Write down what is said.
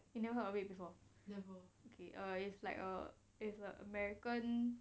you never heard of it before level okay uh it's like uh it's uh american